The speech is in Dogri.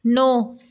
नौ